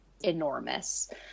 enormous